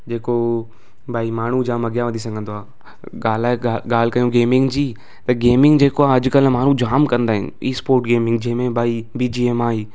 जेको भई माण्हू जाम अॻियां वधी सघंदो आहे ॻाल्हाए ॻाल्हि कयूं गेमिंग जी त गेमिंग जेको आहे अॼुकल्ह माण्हू जाम कंदा आहिनि ई स्पोट गेमिंग जंहिंमें भई बीजीएमआई